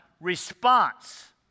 response